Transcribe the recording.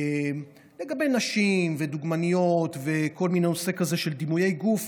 לגבי נשים ודוגמניות וכל מיני דימויי גוף,